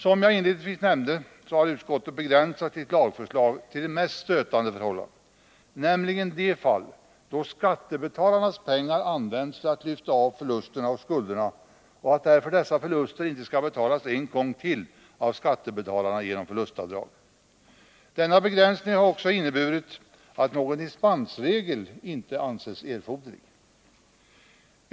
Som jag inledningsvis nämnde har utskottet begränsat sitt lagförslag till det mest stötande förhållandet. Det gäller de fall då skattebetalarnas pengar används för att lyfta av förlusterna och skulderna. Dessa förluster skall inte betalas en gång till av skattebetalarna genom förlustavdrag. Denna begränsning har också inneburit att någon dispensregel inte ansetts erforderlig.